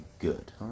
Good